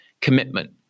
Commitment